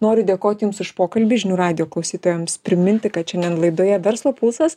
noriu dėkoti jums už pokalbį žinių radijo klausytojams priminti kad šiandien laidoje verslo pulsas